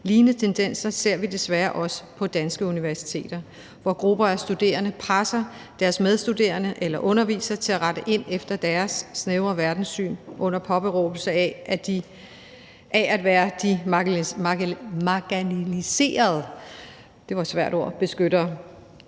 Lignende tendenser ser vi desværre også på danske universiteter, hvor grupper af studerende presser deres medstuderende eller undervisere til at rette ind efter deres snævre verdenssyn under påberåbelse af at være de marginaliseredes beskyttere.